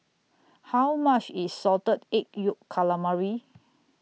How much IS Salted Egg Yolk Calamari